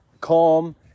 calm